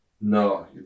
no